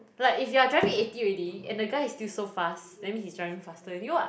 like if you're driving eighty already and the guy is still so fast that means he's driving faster than you lah